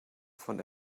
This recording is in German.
von